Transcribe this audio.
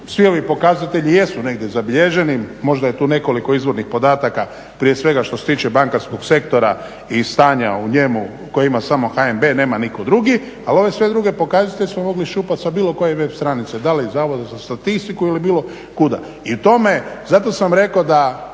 svi ovi pokazatelji jesu negdje zabilježeni, možda je tu nekoliko izvornih podataka prije svega što se tiče bankarskog sektora i stanja u njemu koje ima samo HNB nema nitko drugi, ali sve druge pokazatelje smo mogli iščupati sa bilo koje web stranice da li iz Zavoda za statistiku ili bilo kuda. Zato sam rekao da